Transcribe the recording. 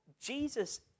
Jesus